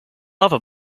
lover